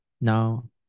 now